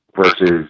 versus